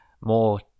more